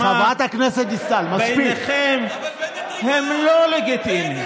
בעיניכם הם לא לגיטימיים,